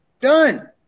Done